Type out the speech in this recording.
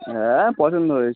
হ্যাঁ পছন্দ হয়েছে